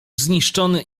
zniszczony